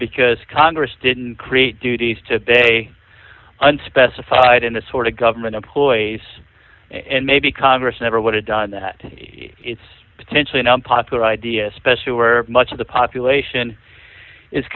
because congress didn't create duties today unspecified in the sort of government employees and maybe congress never would have done that it's potentially non popular idea especially where much of the population is